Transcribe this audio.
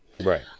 Right